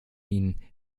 ihnen